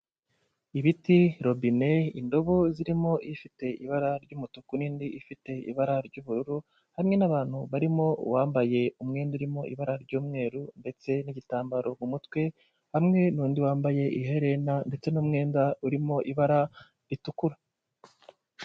Ibiti, robine, indobo zirimo ifite ibara ry'umutuku, n'indi ifite ibara ry'ubururu, hamwe n'abantu barimo uwambaye umwenda urimo ibara ry'umweru ndetse n'igitambaro ku umutwe, hamwe n'undi wambaye iherena, ndetse n'umwenda urimo ibara ritukura.